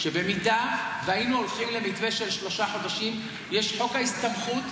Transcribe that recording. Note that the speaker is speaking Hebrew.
שבמידה שהיינו הולכים למתווה של שלושה חודשים יש חוק הסתמכות,